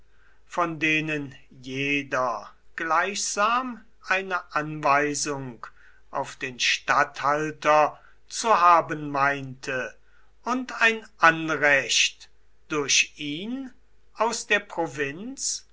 von denen jeder gleichsam eine anweisung auf den statthalter zu haben meinte und ein anrecht durch ihn aus der provinz